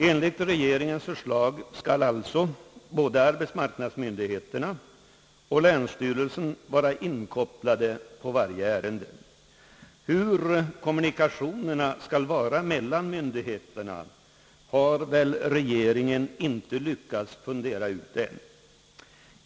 Enligt regeringens förslag skall alltså både arbetsmarknadsmyndigheterna och länsstyrelsen vara inkopplade på varje ärende. Hur kommunikationerna skall fungera mellan myndigheterna har väl regeringen inte lyckats fundera ut än.